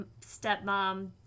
stepmom